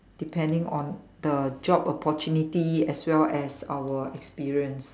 depending on the job opportunity as well as our experience